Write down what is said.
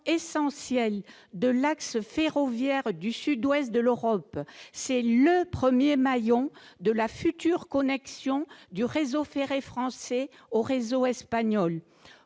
essentiel de l'axe ferroviaire du sud-ouest de l'Europe ; c'est « le » premier maillon de la future connexion du réseau ferré français au réseau espagnol.